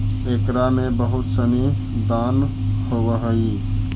एकरा में बहुत सनी दान होवऽ हइ